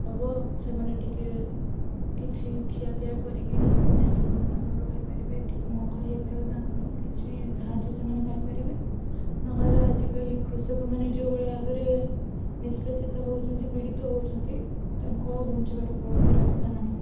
ହବ ସେମାନେ ଟିକେ କିଛି ଖିଆପିଆ କରିକି ନିତିଦିନିଆ ଜୀବନରେ ତାଙ୍କର ରହିପାରିବେ ଟିକେ ମଙ୍ଗଳ ହେଇପାରିବ ତାଙ୍କର କିଛି ସାହାଯ୍ୟ ସେମାନେ ପାଇପାରିବେ ନହେଲେ ଆଜିକାଲି କୃଷକମାନେ ଯେଉଁଭଳି ଭାବରେ ନିଷ୍କେସିତ ହେଉଛନ୍ତି ପୀଡ଼ିତ ହେଉଛନ୍ତି ତାଙ୍କୁ ଆଉ ବଞ୍ଚିବାର କୌଣସି ରାସ୍ତା ନାହିଁ